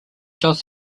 doth